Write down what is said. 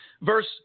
Verse